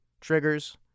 triggers